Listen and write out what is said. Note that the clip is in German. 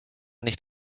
nicht